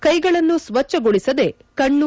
ಕೈಗಳನ್ನು ಸ್ವಚ್ವಗೊಳಿಸದೆ ಕಣ್ಣು